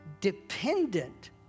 dependent